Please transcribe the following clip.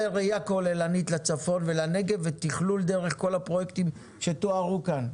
זה ראייה כוללנית לצפון ולנגב ותכלול דרך כל הפרויקטים שתוארו כאן.